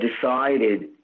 decided